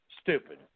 stupid